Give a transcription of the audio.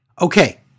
Okay